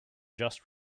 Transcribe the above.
just